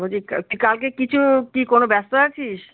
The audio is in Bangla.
বলছি কা তুই কালকে কিছু কি কোনো ব্যস্ত আছিস